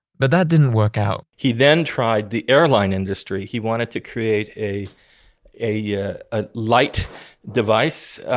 but that didn't work out he then tried the airline industry. he wanted to create a a yeah ah light device,